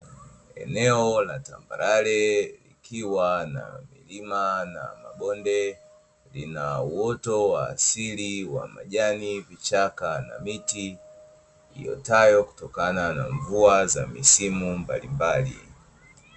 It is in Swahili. Eneo la tambarare, ikiwa na milima na mabonde, lina uoto wa asili wa majani vichaka na miti iotayo kutokana na mvua za misimu mbalimbali.